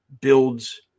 builds